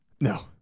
No